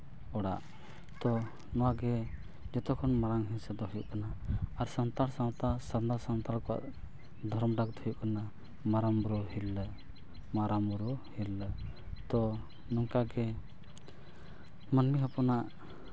ᱚᱲᱟᱜ ᱫᱚ ᱱᱚᱣᱟ ᱜᱮ ᱡᱚᱛᱚ ᱠᱷᱚᱱ ᱢᱟᱨᱟᱝ ᱦᱤᱥᱟᱹ ᱫᱚ ᱦᱩᱭᱩᱜ ᱠᱟᱱᱟ ᱟᱨ ᱥᱟᱱᱛᱟᱲ ᱥᱟᱶᱛᱟ ᱥᱟᱨᱱᱟ ᱥᱟᱱᱛᱟᱲ ᱠᱚᱣᱟᱜ ᱫᱷᱚᱨᱚᱢ ᱰᱟᱠ ᱫᱚ ᱦᱩᱭᱩᱜ ᱠᱟᱱᱟ ᱢᱟᱨᱟᱝ ᱵᱩᱨᱩ ᱦᱤᱨᱞᱟᱹ ᱢᱟᱨᱟᱝ ᱵᱩᱨᱩ ᱦᱤᱨᱞᱟᱹ ᱛᱚ ᱱᱚᱝᱠᱟᱜᱮ ᱢᱟᱹᱱᱢᱤ ᱦᱚᱯᱚᱱᱟᱜ